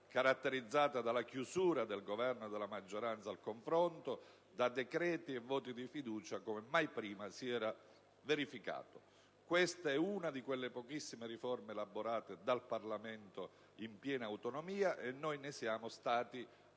caratterizzata dalla chiusura del Governo e della maggioranza al confronto, da decreti e voti di fiducia come mai prima si era verificato. Questa è una delle pochissime riforme elaborate dal Parlamento in piena autonomia, e noi ne siamo stati